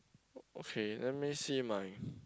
okay let me see my